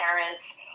parents